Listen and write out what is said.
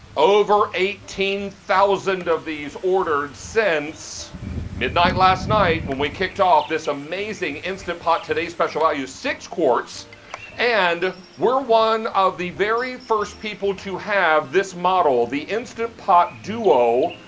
over eighteen thousand of these ordered since midnight last night when we kicked off this amazing instant pot today's special value. six quarts and we're one of the very first people to have this model, the instant pot duo,